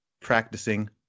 practicing